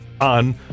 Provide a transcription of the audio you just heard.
On